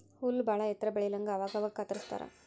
ಹುಲ್ಲ ಬಾಳ ಎತ್ತರ ಬೆಳಿಲಂಗ ಅವಾಗ ಅವಾಗ ಕತ್ತರಸ್ತಾರ